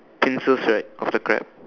pincers right of the crab